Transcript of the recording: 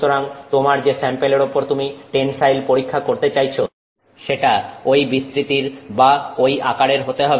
সুতরাং তোমার যে স্যাম্পেলের উপর তুমি টেনসাইল পরীক্ষা করতে চাইছ সেটা ঐ বিস্তৃতির বা ঐ আকারের হতে হবে